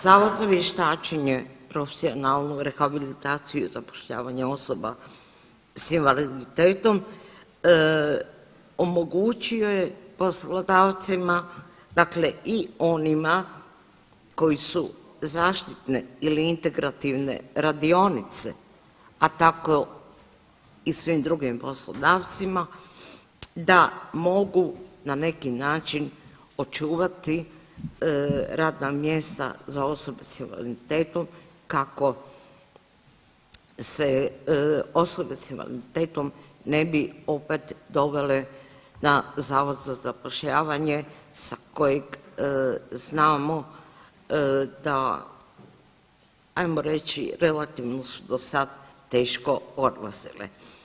Zavod za vještačenje, profesionalnu rehabilitaciju i zapošljavanje osoba s invaliditetom omogućio je poslodavcima, dakle i onima koji su zaštitne ili integrativne, a tako i svim drugim poslodavcima da mogu na neki način očuvati radna mjesta za osobe s invaliditetom kako se osobe s invaliditetom ne bi opet dovele na zavod za zapošljavanje sa kojeg znamo da ajmo reći relativno su do sada teško odlazile.